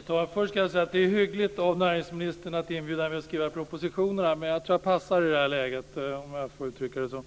Fru talman! Först ska jag säga att det är hyggligt av näringsministern att inbjuda mig att skriva propositionerna, men jag tror att jag passar i det här läget, om jag får utrycka det så.